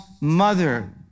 mother